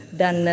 dan